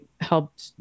helped